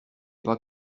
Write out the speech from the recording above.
pas